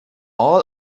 all